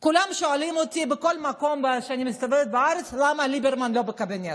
כולם שואלים אותי בכל מקום שאני מסתובבת בארץ: למה ליברמן לא בקבינט?